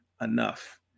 enough